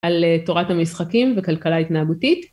על תורת המשחקים וכלכלה התנהגותית.